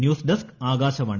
news desk Akashvani